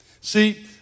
See